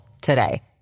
today